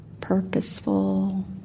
Purposeful